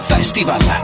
Festival